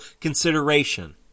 consideration